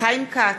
חיים כץ,